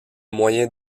moyen